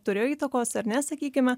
turėjo įtakos ar ne sakykime